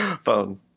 Phone